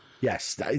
Yes